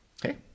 Okay